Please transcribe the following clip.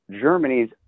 Germany's